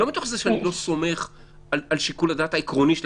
לא מתוך זה שאני לא סומך על שיקול הדעת העקרוני שלה,